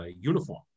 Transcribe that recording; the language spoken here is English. uniform